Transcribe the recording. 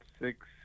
six